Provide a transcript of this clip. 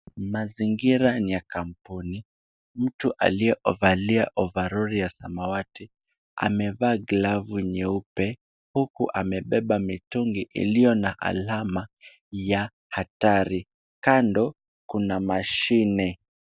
Mazingira ni ya kampuni. Mtu aliyevalia ovaroli ya samawati amevaa glavu nyeupe huku amebeba mitungi iliyo na alama ya hatari. Kando kuna mashine.